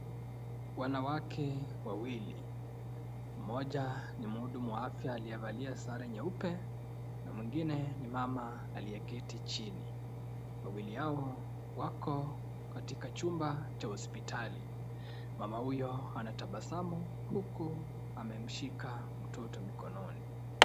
Wanawake wawili, mmoja ni mhudumu wa afya aliyevalia sare nyeupe na mwingine ni mama aliyeketi chini. Wawili hao wakokatika chumba cha hospitali. Mwanamke huyo anatabasamu huku amemshika mtoto huyo mkononi.